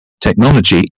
technology